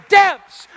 depths